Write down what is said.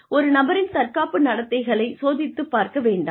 ஒரு நபரின் தற்காப்பு நடத்தைகளைச் சோதித்துப் பார்க்க வேண்டாம்